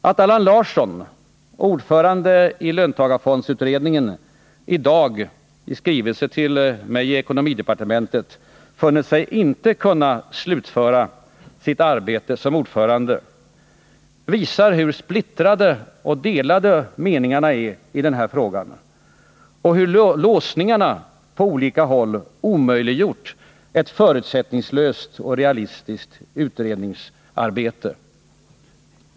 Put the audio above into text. Att Allan Larsson, ordförande i löntagarfondsutredningen, i dag i skrivelse till mig i ekonomidepartementet funnit sig inte kunna slutföra sitt arbete som ordförande, visar hur splittrade och delade meningarna är i den här frågan och hur låsningarna på olika håll omöjliggjort ett förutsättningslöst och realistiskt utredningsarbete.